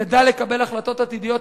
ידע לקבל החלטות עתידיות.